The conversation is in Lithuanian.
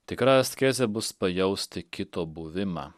tikra askezė bus pajausti kito buvimą